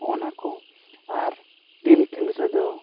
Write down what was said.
ᱚᱱᱟ ᱠᱚ ᱟᱨ ᱴᱤᱨ ᱴᱷᱮᱞ ᱨᱮᱫᱚ